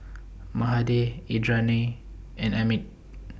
Mahade Indranee and Amit